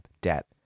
debt